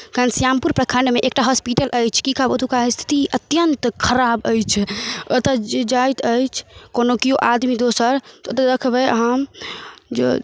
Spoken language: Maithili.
घनश्यामपुर प्रखण्डमे एकटा हॉस्पिटल अछि कि कहब ओतुका स्थिति अत्यन्त खराब अछि ओतऽ जे जाइत अछि कोनो केओ आदमी दोसर तऽ ओतऽ देखबै अहाँ जे